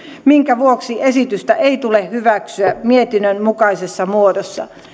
minkä vuoksi esitystä ei tule hyväksyä mietinnön mukaisessa muodossa